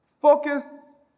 focus